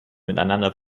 miteinander